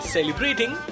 Celebrating